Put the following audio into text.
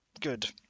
good